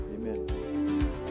Amen